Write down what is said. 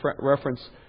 reference